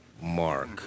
mark